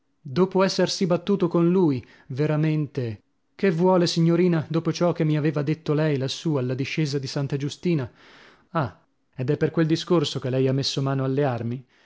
dopo essersi battuto con lui veramente che vuole signorina dopo ciò che mi aveva detto lei lassù alla discesa di santa giustina ah ed è per quel discorso che lei ha messo mano alle armi